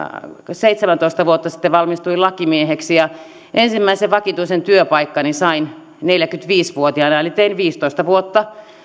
seitsemäntoista vuotta sitten valmistuin lakimieheksi ja ensimmäisen vakituisen työpaikkani sain neljäkymmentäviisi vuotiaana eli tein viisitoista vuotta